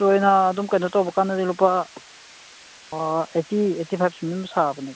ꯆꯣꯏꯅ ꯑꯗꯨꯝ ꯀꯩꯅꯣ ꯇꯧꯕ ꯀꯥꯟꯗꯗꯤ ꯂꯨꯄꯥ ꯑꯩꯠꯇꯤ ꯑꯩꯠꯇꯤ ꯐꯥꯏꯕ ꯁꯨꯃꯥꯏꯅ ꯑꯗꯨꯝ ꯁꯥꯕꯅꯦ